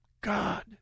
God